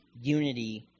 unity